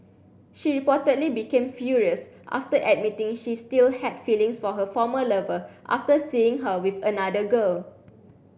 she reportedly became furious after admitting she still had feelings for her former lover after seeing her with another girl